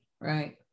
right